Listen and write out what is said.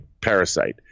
Parasite